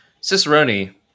Cicerone